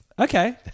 Okay